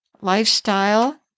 lifestyle